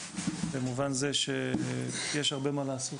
במובן זה שיש הרבה מה לעשות,